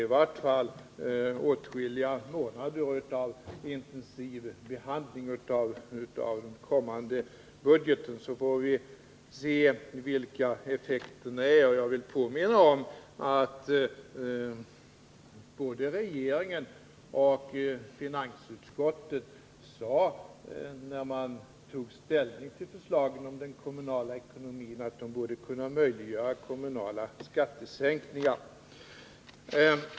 I varje fall krävs det åtskilliga månader av intensiv behandling av kommande budget. Därefter får vi se vilka effekterna blir. Jag vill påminna om att både regeringen och finansutskottet, när de tog ställning till förslagen om den kommunala ekonomin, sade att det borde vara möjligt med kommunala skattesänkningar.